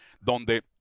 donde